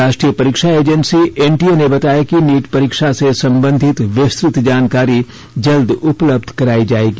राष्ट्रीय परीक्षा agency NTA ने बताया कि नीट परीक्षा से संबंधित विस्तृत जानकारी जल्द उपलब्ध कराई जाएगी